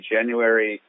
January